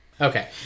Okay